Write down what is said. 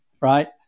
right